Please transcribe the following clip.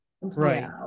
Right